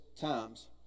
times